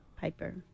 piper